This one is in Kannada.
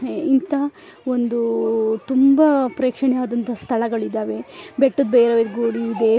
ಇಂಥ ಒಂದು ತುಂಬ ಪ್ರೇಕ್ಷಣೀಯವಾದಂತಹ ಸ್ಥಳಗಳಿದ್ದಾವೆ ಬೆಟ್ಟದ ಭೈರವಿ ಗುಡಿಯಿದೆ